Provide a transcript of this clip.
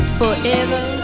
forever